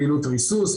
פעילות ריסוס,